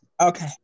okay